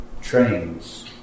trains